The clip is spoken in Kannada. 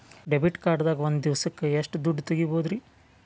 ಡೆಬಿಟ್ ಕಾರ್ಡ್ ದಾಗ ಒಂದ್ ದಿವಸಕ್ಕ ಎಷ್ಟು ದುಡ್ಡ ತೆಗಿಬಹುದ್ರಿ?